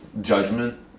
judgment